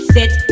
Sit